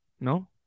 No